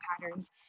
patterns